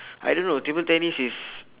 I don't know table tennis is